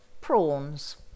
Prawns